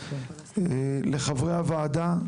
לחברי הוועדה,